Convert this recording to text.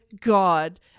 God